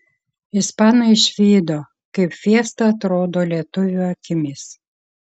ispanai išvydo kaip fiesta atrodo lietuvių akimis